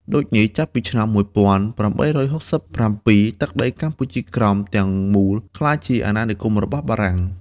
ដូចនេះចាប់ពី ឆ្នាំ ១៨៦៧ទឹកដីកម្ពុជាក្រោម ទាំងមូលក្លាយជាអាណានិគមរបស់បារាំង។